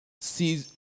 sees